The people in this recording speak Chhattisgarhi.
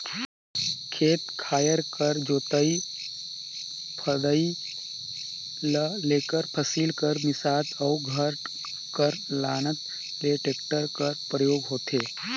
खेत खाएर कर जोतई फदई ल लेके फसिल कर मिसात अउ घर कर लानत ले टेक्टर कर परियोग होथे